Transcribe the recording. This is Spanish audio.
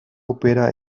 opera